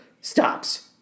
stops